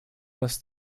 нас